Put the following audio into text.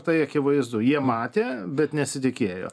tai akivaizdu jie matė bet nesitikėjo